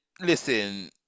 listen